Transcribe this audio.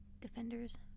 defenders